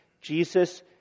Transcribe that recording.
Jesus